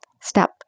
step